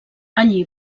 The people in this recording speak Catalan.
allí